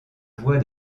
voie